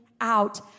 out